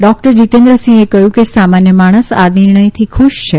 doctor જીતેન્દ્રસિંહે કહ્યું કે સામાન્ય માણસ આ નિર્ણયથી ખુશ છે